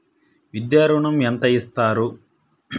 విద్యా ఋణం ఎంత ఇస్తారు?